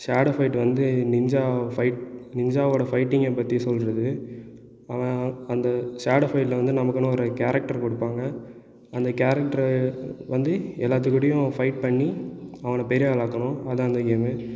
shadow fight வந்து ninja fight நிஞ்ஜாவோட ஃபயிட்டிங்கை பற்றி சொல்கிறது அவன் அந்த ஷேடோவ்ஃபயிட்டில் வந்து நமக்குன்னு ஒரு கேரக்ட்டர் கொடுப்பாங்க அந்த கேரக்டரை வந்து எல்லாத்துகிட்டயும் ஃபயிட் பண்ணி அவனை பெரியாளாக்கணும் அதுதான் அந்த கேம்மு